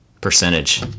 percentage